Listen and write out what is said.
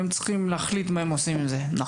והם צריכים להחליט מה הם עושים עם זה - נכון,